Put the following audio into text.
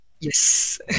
Yes